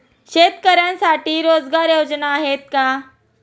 शेतकऱ्यांसाठी रोजगार योजना आहेत का?